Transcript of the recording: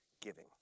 giving